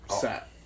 Set